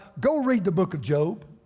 go read the book of job.